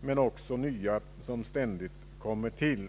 men också nya som ständigt kommer till.